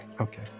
okay